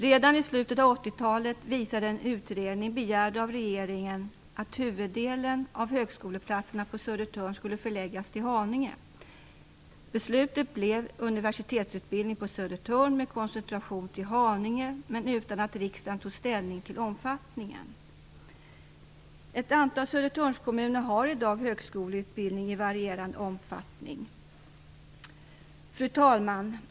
Redan i slutet av 80-talet visade en utredning begärd av regeringen att huvuddelen av högskoleplatserna på Södertörn skulle förläggas till Haninge. Beslutet blev universitetsutbildning på Södertörn med koncentration till Haninge men utan att riksdagen tog ställning till omfattningen. Ett antal Södertörnskommuner har i dag högskoleutbildning i varierande omfattning. Fru talman!